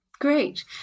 great